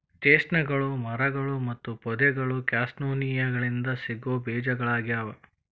ಚೆಸ್ಟ್ನಟ್ಗಳು ಮರಗಳು ಮತ್ತು ಪೊದೆಗಳು ಕ್ಯಾಸ್ಟಾನಿಯಾಗಳಿಂದ ಸಿಗೋ ಬೇಜಗಳಗ್ಯಾವ